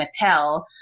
Mattel